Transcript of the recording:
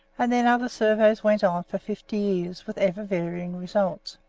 and then other surveys went on for fifty years, with ever-varying results.